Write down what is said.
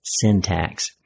syntax